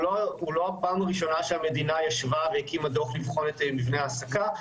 הוא לא הפעם הראשונה שהמדינה ישבה וכתבה דוח לבחון את מבני ההעסקה,